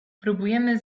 próbujemy